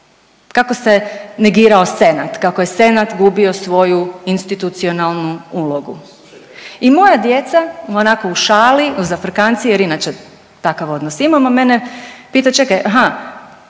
Kako se negirao Senat, kako je Senat gubio svoju institucionalnu ulogu i moja djeca, onako u šali, u zafrkanciji jer inače takav odnos imamo, mene pita, čekaj, aha,